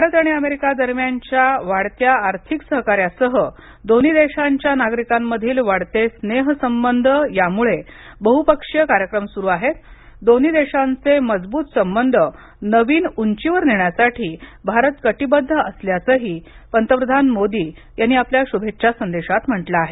भारत आणि अमेरिका दरम्यान वाढत आर्थिक सहकार्यासह दोन्ही देशाच्या नागरिकांमधील वाढते स्नेह संबंध य्मुळे बहुपक्षीय कार्यक्रम सुरू आहेत दोन्ही देशांचे मजबूत संबंध नवीन उंचीवर नेण्यासाठी भारत कटीबद्ध असल्याच ही पंतप्रधान मोदी यांनी आपल्या शुभेच्छा संदेशात म्हंटल आहे